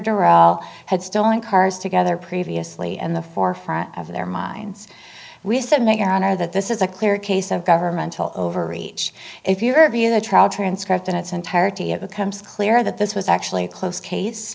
darrelle had stolen cars together previously and the forefront of their minds we said make your honor that this is a clear case of governmental overreach if your view of the trial transcript in its entirety it becomes clear that this was actually a close case